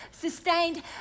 sustained